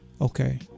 okay